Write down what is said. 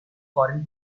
foreign